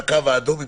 הקו האדום,